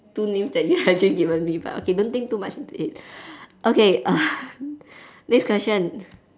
two names that you have actually given me but okay don't think too much into it okay next question